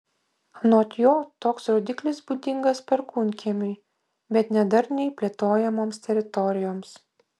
anot jo toks rodiklis būdingas perkūnkiemiui bet ne darniai plėtojamoms teritorijoms